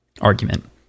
argument